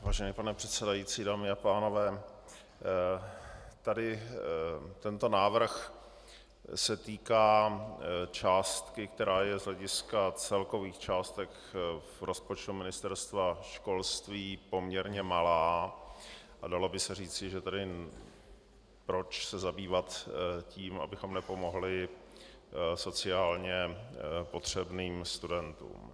Vážený pane předsedající, dámy a pánové, tento návrh se týká částky, která je z hlediska celkových částek z rozpočtu Ministerstva školství poměrně malá, a dalo by se říci, že tedy proč se zabývat tím, abychom nepomohli sociálně potřebným studentům.